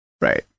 right